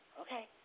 Okay